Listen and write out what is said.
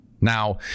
Now